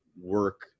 work